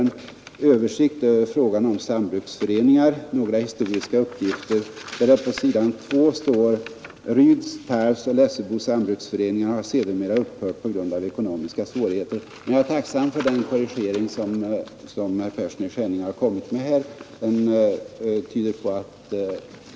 Promemorian har rubriken ”Översikt över frågan om sambruksföreningar — några historiska uppgifter”. På s. 2 heter det: ”Ryds, Tarvs och Lessebo sambruksföreningar har sedermera upphört på grund av ekonomiska svårigheter.” Jag är tacksam för herr Perssons korrigering.